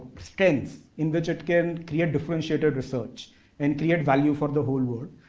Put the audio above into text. stance in which it can create differentiated research and create value for the whole world.